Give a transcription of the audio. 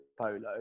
polo